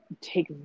take